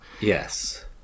Yes